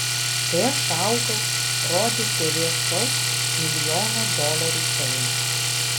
kai aš augau rodė tv šou milijono dolerių filmas